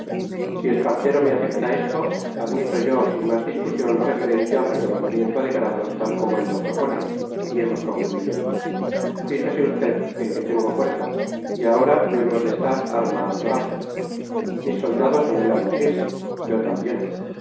si espartero me acepta esto admito yo sin más discusión lo referente al reconocimiento de grados tal como él lo propone y hemos concluido fíjese usted en que tengo fuerza y ahora no hemos de estar arma al brazo mis soldados anhelan batirse yo también